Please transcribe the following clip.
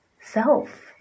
self